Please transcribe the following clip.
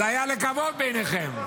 זה היה לכבוד בעיניכם.